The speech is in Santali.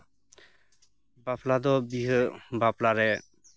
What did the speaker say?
ᱵᱟᱯᱞᱟ ᱫᱚ ᱵᱤᱦᱟᱹ ᱵᱟᱯᱞᱟ ᱨᱮ